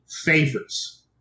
favors